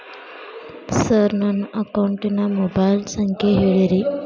sir ನನ್ನ ಅಕೌಂಟಿನ mobile ಸಂಖ್ಯೆ ಹೇಳಿರಿ